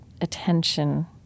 attention